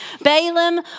Balaam